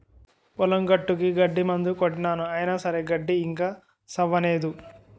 పొలం గట్టుకి గడ్డి మందు కొట్టినాను అయిన సరే గడ్డి ఇంకా సవ్వనేదు